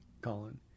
Colin